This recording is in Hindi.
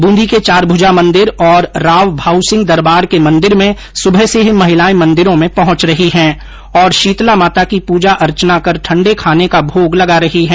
बूंदी के चारभूजा मंदिर और राव भाउसिंह दरबार के मंदिर में सुबह से ही महिलाए मंदिरों में पहुंच रही है और शीतला माता की पूजा अर्चेना कर ठण्डे खाने का भोग लगा रही है